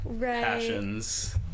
passions